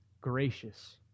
gracious